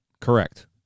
Correct